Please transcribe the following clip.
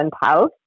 house